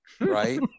right